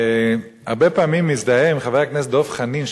הרבה פעמים אני מזדהה עם חבר הכנסת דב חנין,